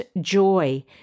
joy